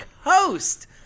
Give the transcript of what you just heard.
host